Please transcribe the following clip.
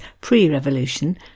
pre-Revolution